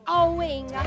owing